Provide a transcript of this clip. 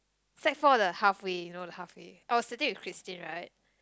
sec-four the halfway you know like halfway I was sitting with Christine right